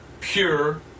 pure